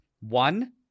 one